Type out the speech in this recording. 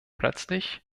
plötzlich